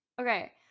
Okay